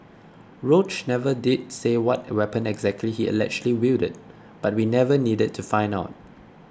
Roach never did say what weapon exactly he allegedly wielded but we never needed to find out